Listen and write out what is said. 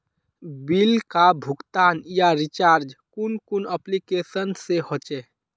Bill का भुगतान या रिचार्ज कुन कुन एप्लिकेशन से होचे?